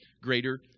greater